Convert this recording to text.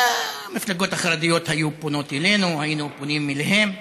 המפלגות החרדיות היו פונות אלינו ואנחנו היינו פונים אליהם.